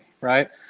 right